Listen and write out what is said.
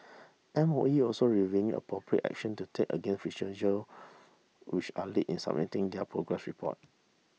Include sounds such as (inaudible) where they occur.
M O E also reviewing appropriate action to take against (unintelligible) which are late in submitting their progress report